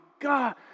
God